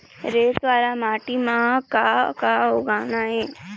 रेत वाला माटी म का का उगाना ये?